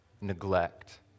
neglect